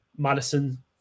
Madison